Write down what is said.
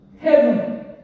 heaven